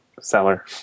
seller